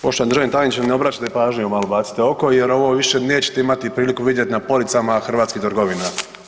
Poštovani državni tajniče, ne obraćate pažnju, malo bacite oko, jer ovo više nećete imati priliku vidjet na policama hrvatskih trgovina.